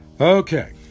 Okay